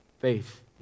Faith